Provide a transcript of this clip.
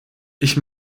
ich